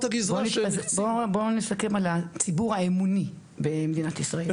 הגזרה --- בוא נסכם על הציבור האמוני במדינת ישראל.